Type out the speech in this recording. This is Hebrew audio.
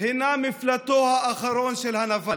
הינה מפלטו האחרון של הנבל.